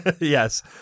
Yes